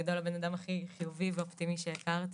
בגדול הבן אדם הכי חיובי ואופטימי שהכרתי.